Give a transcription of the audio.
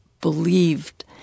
believed